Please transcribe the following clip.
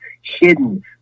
hidden